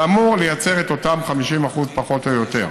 זה אמור לייצר את אותם 50%, פחות או יותר.